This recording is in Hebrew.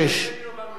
תרשה לי לומר משפט.